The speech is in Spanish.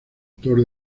autor